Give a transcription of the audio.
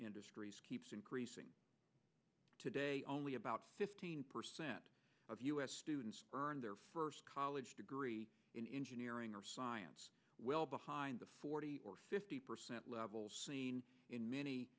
industries keeps increasing today only about fifteen percent of u s students earned their first college degree in engineering or science well behind the forty or fifty percent level seen in many